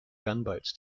gunboats